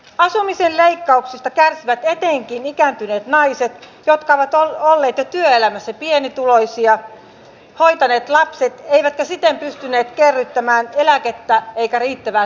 asumisen leikkauksista kärsivät etenkin ikääntyvät naiset jotka ovat olleet jo työelämässä pienituloisia hoitaneet lapset eivätkä siten pystyneet kerryttämään eläkettä eivätkä riittävää toimeentuloa itselleen